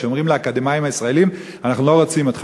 שאומרים לאקדמאים הישראלים: אנחנו לא רוצים אתכם.